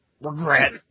Regret